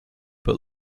but